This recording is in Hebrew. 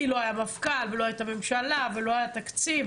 כי לא היה מפכ"ל ולא הייתה ממשלה ולא היה תקציב,